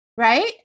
Right